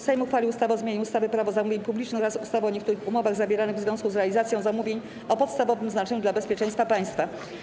Sejm uchwalił ustawę o zmianie ustawy - Prawo zamówień publicznych oraz ustawy o niektórych umowach zawieranych w związku z realizacją zamówień o podstawowym znaczeniu dla bezpieczeństwa państwa.